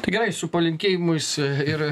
tai gerai su palinkėjimais ir